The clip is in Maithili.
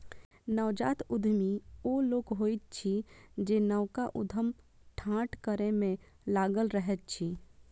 नवजात उद्यमी ओ लोक होइत अछि जे नवका उद्यम ठाढ़ करै मे लागल रहैत अछि